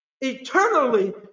Eternally